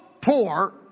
poor